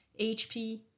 HP